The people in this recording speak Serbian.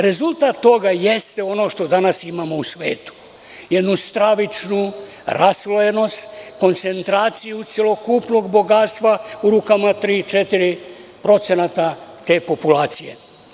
Rezultat toga jeste ono što danas imamo u svetu, jednu stravičnu raslojenost, koncentraciju celokupnog bogatstva u rukama 3,4% te populacije.